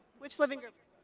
which living groups?